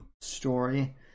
story